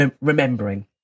remembering